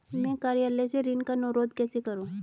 मैं कार्यालय से ऋण का अनुरोध कैसे करूँ?